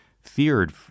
feared